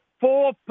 four